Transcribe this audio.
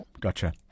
Gotcha